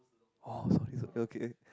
oh sorry sorry okay